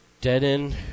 dead-end